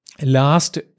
last